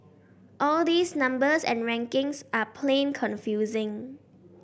all these numbers and rankings are plain confusing